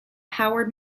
howard